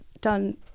done